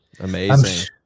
Amazing